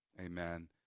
Amen